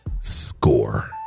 score